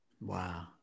wow